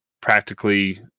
practically